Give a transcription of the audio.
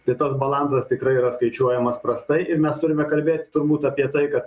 tai tas balansas tikrai yra skaičiuojamas prastai ir mes turime kalbėt turbūt apie tai kad